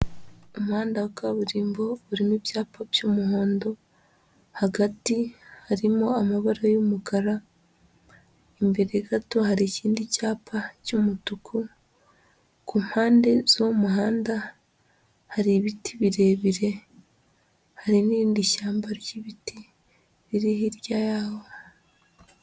Umuhanda wa kaburimbo urimo ibyapa by'umuhondo, hagati harimo amabara y'umukara, imbere gato hari ikindi cyapa cy'umutuku, ku mpande z'umuhanda hari ibiti birebire, hari n'irindi shyamba ry'ibiti riri hirya yaho.